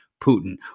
Putin